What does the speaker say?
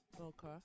Okay